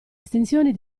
estensioni